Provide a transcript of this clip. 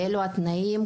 אלו התנאים.